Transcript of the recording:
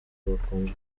bakunzwe